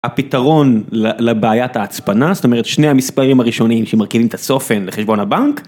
הפתרון לבעיית ההצפנה זאת אומרת שני המספרים הראשונים שמרכיבים את הצופן לחשבון הבנק.